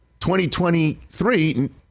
2023